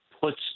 puts